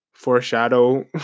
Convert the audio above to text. Foreshadow